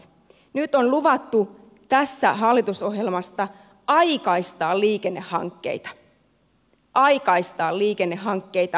nyt on luvattu tässä hallitusohjelmassa aikaistaa liikennehankkeita aikaistaa liikennehankkeita